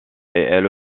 elle